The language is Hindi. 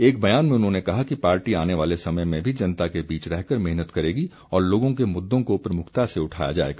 एक बयान में उन्होंने कहा कि पार्टी आने वाले समय में भी जनता के बीच रहकर मेहनत करेगी और लोगों के मुद्दों को प्रमुखता से उठाया जाएगा